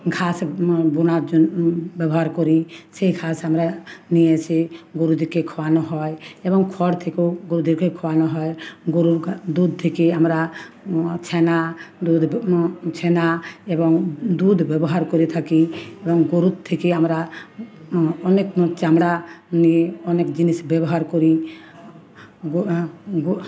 ঘাস বোনার জন্য ব্যবহার করি সেই ঘাস আমরা নিয়ে এসে গরুদেরকে খাওয়ানো হয় এবং খড় থেকেও গরুদেরকে খায়ানো হয় গরুর দুধ থেকে আমরা ছানা দুধ ছেনা এবং দুধ ব্যবহার করে থাকি এবং গরুর থেকে আমরা অনেক চামড়া নিয়ে অনেক জিনিস ব্যবহার করি